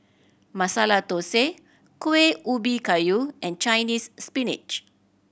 Masala Thosai Kueh Ubi Kayu and Chinese Spinach